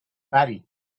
batty